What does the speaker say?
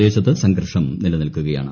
പ്രദേശത്ത് സംഘർഷം നിലനിൽക്കുകയാണ്